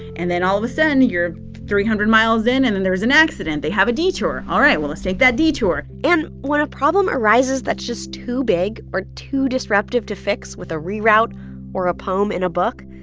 and then all of a sudden, you're three hundred miles in, and then there's an accident. they have a detour. all right, well, let's take that detour and when a problem arises that's just too big or too disruptive to fix with a reroute or a poem in a book,